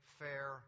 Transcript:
fair